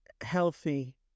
healthy